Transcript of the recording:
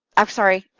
i'm sorry,